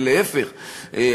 להפך,